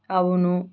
అవును